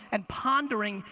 and pondering,